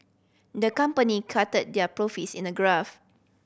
the company charted their profits in a graph